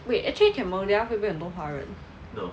wait actually cambodia 会不会很多华人